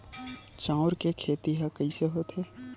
चांउर के खेती ह कइसे होथे?